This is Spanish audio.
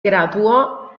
graduó